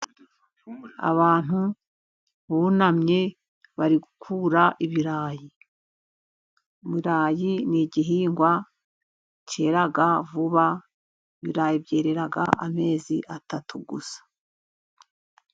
Abantu bunamye bari gukura ibirayi. Ibirayi ni igihingwa cyera vuba, ibirayi byerera amezi atatu gusa.